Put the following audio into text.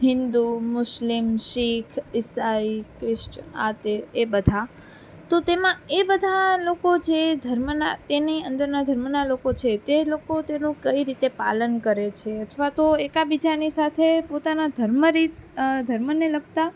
હિન્દુ મુશ્લિમ શીખ ઈસાઈ ક્રિશ્ચન આ તે એ બધા તો તેમાં એ બધા લોકો જે ધર્મના તેની અંદરના ધર્મના લોકો છે તે લોકો તેનું કઈ રીતે પાલન કરે છે અથવા તો એકબીજાની સાથે પોતાના ધર્મ રીત ધર્મને લગતા